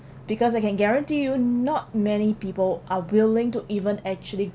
because I can guarantee you not many people are willing to even actually